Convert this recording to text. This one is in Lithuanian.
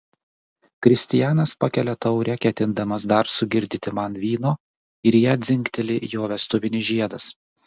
kristijanas pakelia taurę ketindamas dar sugirdyti man vyno ir į ją dzingteli jo vestuvinis žiedas